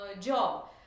job